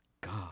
God